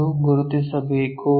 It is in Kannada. ಎಂದು ಗುರುತಿಸಬೇಕು